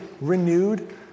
renewed